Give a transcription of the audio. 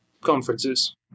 conferences